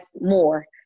more